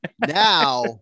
Now